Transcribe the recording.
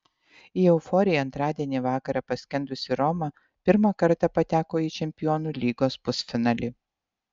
į euforiją antradienį vakarą paskendusi roma pirmą kartą pateko į čempionų lygos pusfinalį